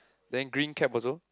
then green cap also